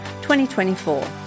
2024